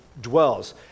dwells